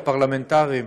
הפרלמנטריים,